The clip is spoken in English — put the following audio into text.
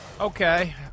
Okay